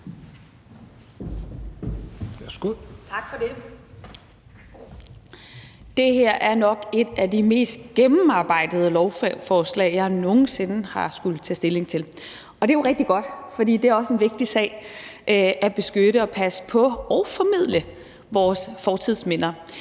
Det her er nok et af de mest gennemarbejdede lovforslag, jeg nogen sinde har skullet tage stilling til, og det er jo rigtig godt, for det er også en vigtig sag at beskytte og passe på og formidle vores fortidsminder.